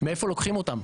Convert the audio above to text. מאיפה לוקחים אותם?